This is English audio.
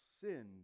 sinned